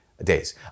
days